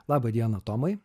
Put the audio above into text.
laba diena tomai